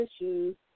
issues